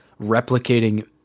replicating